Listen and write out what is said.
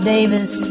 Davis